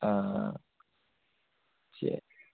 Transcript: ஆ ஆ சரி